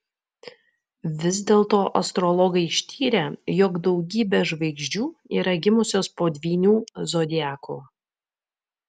vis dėlto astrologai ištyrė jog daugybė žvaigždžių yra gimusios po dvyniu zodiaku